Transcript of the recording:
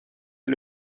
est